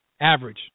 Average